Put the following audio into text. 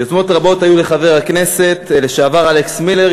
יוזמות רבות היו לחבר הכנסת לשעבר אלכס מילר,